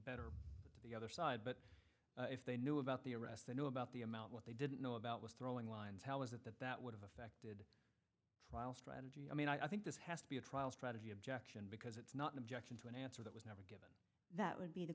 better to the other side but if they knew about the arrest they knew about the amount what they didn't know about was throwing lines how is it that that would have a fair trial strategy i mean i think this has to be a trial strategy objection because it's not an objection to an answer that was never that would be the